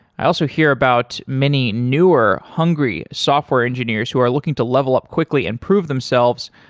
i also hear about many newer, hungry software engineers who are looking to level up quickly and prove themselves